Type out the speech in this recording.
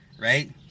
Right